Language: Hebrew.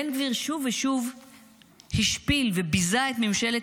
בן גביר שוב ושוב השפיל וביזה את ממשלת